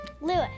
Lewis